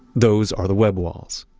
those are the web walls.